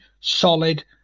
solid